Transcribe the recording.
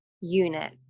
unit